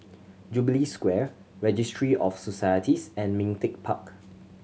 Jubilee Square Registry of Societies and Ming Teck Park